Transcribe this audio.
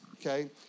okay